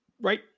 right